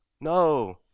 No